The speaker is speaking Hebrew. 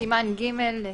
"סימן ג':